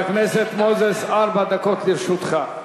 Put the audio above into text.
חבר הכנסת מוזס, ארבע דקות לרשותך.